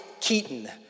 Keaton